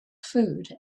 food